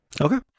Okay